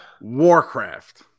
warcraft